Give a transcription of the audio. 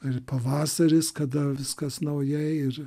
ir pavasaris kada viskas naujai ir